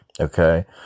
Okay